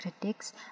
critics